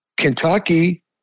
Kentucky